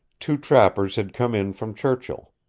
two trappers had come in from churchill.